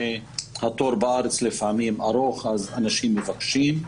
שהתור בארץ לפעמים ארוך אז אנשים מבקשים.